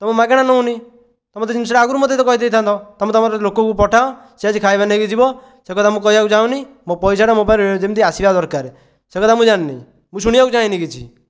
ତ ମୁଁ ମାଗଣା ନେଉନି ତ ମୋତେ ଜିନିଷଟା ଆଗରୁ ମୋତେ କହିଦେଇଥାନ୍ତ ତୁମେ ତୁମର ଲୋକକୁ ପଠାଓ ସେ ଆସିକି ଖାଇବା ନେଇକି ଯିବ ସେ କଥା ମୁଁ କହିବାକୁ ଚାହୁଁନି ମୋ ପଇସାଟା ମୋ ପାଖରେ ଯେମିତି ଆସିବା ଦରକାର ସେ କଥା ମୁଁ ଜାଣେନି ମୁଁ ଶୁଣିବାକୁ ଚାହେଁନି କିଛି